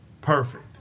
Perfect